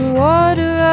water